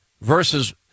versus